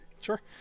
Sure